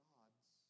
God's